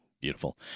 beautiful